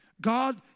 God